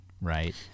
right